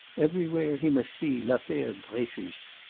everywhere he must see l'affaire dreyfus.